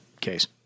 case